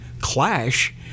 clash